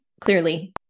clearly